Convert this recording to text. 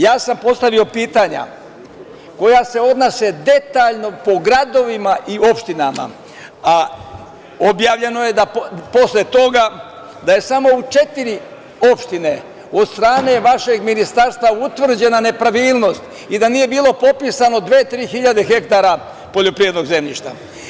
Ja sam postavio pitanja koja se odnose detaljno po gradovima i opštinama, a objavljeno je posle toga da je samo u četiri opštine od strane vašeg Ministarstva utvrđena nepravilnost i da nije bilo popisano dve-tri hiljade hektara poljoprivrednog zemljišta.